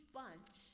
bunch